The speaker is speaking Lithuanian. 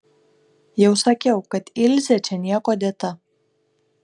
jau sakiau kad ilzė čia niekuo dėta